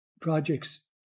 projects